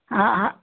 हा हा